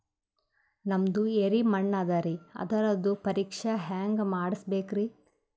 ನಮ್ದು ಎರಿ ಮಣ್ಣದರಿ, ಅದರದು ಪರೀಕ್ಷಾ ಹ್ಯಾಂಗ್ ಮಾಡಿಸ್ಬೇಕ್ರಿ?